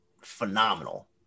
phenomenal